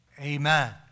amen